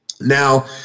Now